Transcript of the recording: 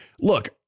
look